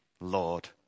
Lord